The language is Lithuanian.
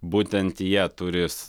būtent jie turi s